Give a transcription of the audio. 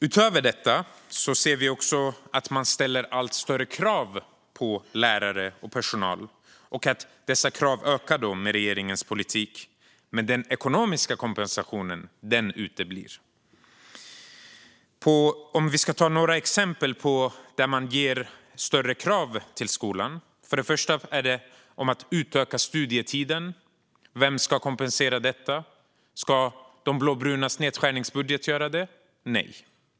Utöver detta ser vi att man ställer allt högre krav på lärare och personal. Dessa krav ökar med regeringens politik, men den ekonomiska kompensationen uteblir. Låt mig ge några exempel på högre krav. Först och främst handlar det om att utöka studietiden. Vem ska kompensera detta? Ska de blåbrunas nedskärningsbudget göra det? Nej.